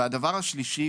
שלישית,